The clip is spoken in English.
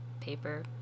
paper